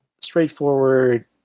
straightforward